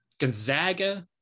Gonzaga